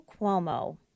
Cuomo